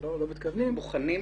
לא מתכוונים אלא בוחנים.